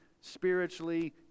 spiritually